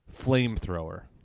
Flamethrower